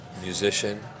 musician